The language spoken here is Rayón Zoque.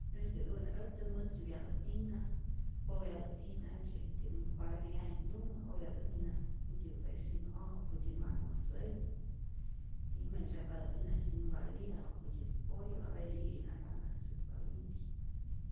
Äjtyät une'äktä mäjtzäpyatä'ijna, popyatä'ijna jejtzye ijtyät nkuagriyaji'knhtumä, opyatä'ijna äjtyät vecinu'oj ja'kutyät manh mäjtzäyi y me'ntzyajpatät'ijna äjtyän nkuagriya ja'kutyät poyu haber iyä'ijna ganatzäkpa winti..